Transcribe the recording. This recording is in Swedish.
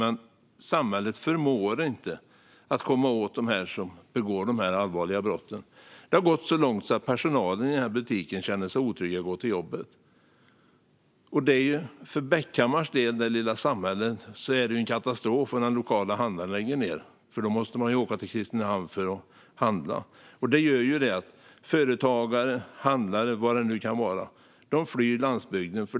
Men samhället förmår inte komma åt dem som begår de allvarliga brotten. Det har gått så långt att personalen i butiken känner sig otrygga när de ska gå till jobbet. För det lilla samhället Bäckhammars del är det en katastrof om den lokala handlaren lägger ned. Då måste de som bor där åka till Kristinehamn för att handla. Detta leder till att företagare, handlare och vad de kan vara, flyr landsbygden.